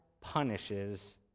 punishes